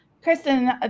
Kristen